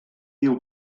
diu